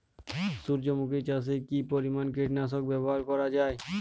সূর্যমুখি চাষে কি পরিমান কীটনাশক ব্যবহার করা যায়?